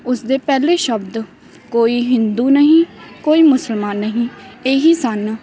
ਉਸ ਦੇ ਪਹਿਲੇ ਸ਼ਬਦ ਕੋਈ ਹਿੰਦੂ ਨਹੀਂ ਕੋਈ ਮੁਸਲਮਾਨ ਨਹੀਂ ਇਹ ਹੀ ਸਨ